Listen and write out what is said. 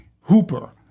Hooper